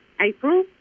April